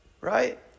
right